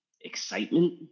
excitement